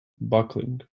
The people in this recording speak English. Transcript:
buckling